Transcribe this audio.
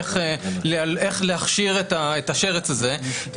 איך להכשיר את השרץ הזה,